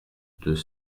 deux